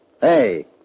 Hey